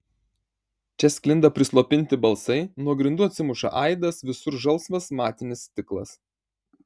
čia sklinda prislopinti balsai nuo grindų atsimuša aidas visur žalsvas matinis stiklas